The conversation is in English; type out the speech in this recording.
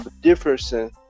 differences